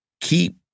Keep